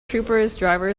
driver